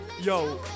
Yo